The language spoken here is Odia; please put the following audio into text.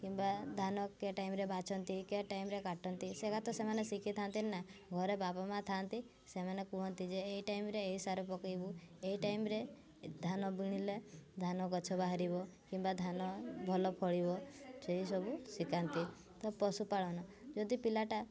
କିମ୍ବା ଧାନ ଟାଇମ୍ରେ ବାଛନ୍ତି କେ ଟାଇମ୍ରେ କାଟନ୍ତି ସେଗା ତ ସେମାନେ ଶିଖିଥାନ୍ତି ନା ଘରେ ବାବା ମା ଥାଆନ୍ତି ସେମାନେ କୁହନ୍ତି ଯେ ଏଇ ଟାଇମ୍ରେ ଏଇ ସାର ପକାଇବୁ ଏଇ ଟାଇମ୍ରେ ଧାନ ବିଣିଲେ ଧାନ ଗଛ ବାହାରିବ କିମ୍ବା ଧାନ ଭଲ ଫଳିବ ସେଇସବୁ ଶିଖାନ୍ତି ତ ପଶୁପାଳନ ଯଦି ପିଲାଟା